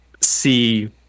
see